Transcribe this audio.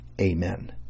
Amen